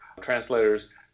translators